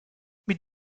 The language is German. mit